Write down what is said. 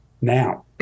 Now